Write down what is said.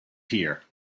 here